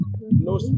No